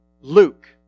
Luke